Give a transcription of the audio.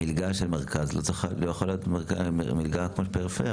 מלגה של המרכז לא יכולה להיות כמו מלגה של הפריפריה,